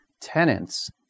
tenants